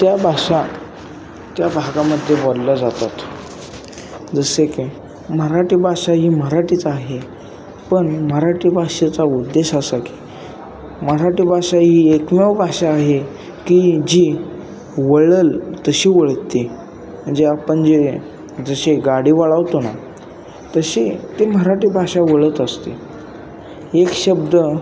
त्या भाषा त्या भागामध्ये बोलल्या जातात जसे की मराठी भाषा ही मराठीच आहे पण मराठी भाषेचा उद्देश असा की मराठी भाषा ही एकमेव भाषा आहे की जी वळल तशी वळती म्हणजे आपण जे जशे गाडी वळवतो ना तशी ती मराठी भाषा वळत असते एक शब्द